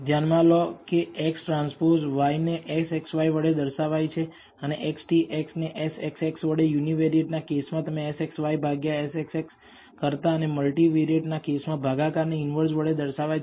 ધ્યાનમાં લો કે X ટ્રાન્સપોઝ y ને SXy વડે દર્શાવાય છે અને XTX ને SXX વડે યુનીવેરીયેટ ના કેસમાં તમે SXy ભાગ્યા SXX કરતા અને મલ્ટીવેરીયેટના કેસમાં ભાગાકાર ને ઈનવર્સ વડે દર્શાવાય છે